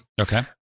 Okay